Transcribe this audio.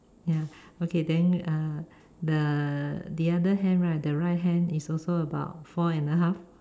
ya okay then uh the the other hand right the right hand is also about four and a half